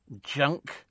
Junk